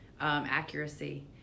accuracy